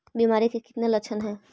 बीमारी के कितने लक्षण हैं?